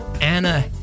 Anna